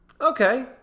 Okay